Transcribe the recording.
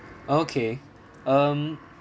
okay um